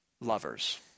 lovers